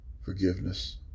forgiveness